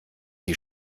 die